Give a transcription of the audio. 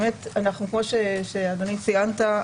כמו שאדוני ציינת,